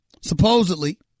supposedly